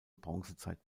bronzezeit